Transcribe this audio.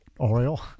oil